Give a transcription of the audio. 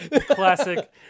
Classic